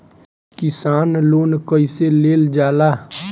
किसान लोन कईसे लेल जाला?